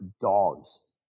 dogs